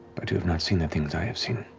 but you have not seen the things i have seen.